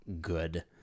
good